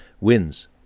Wins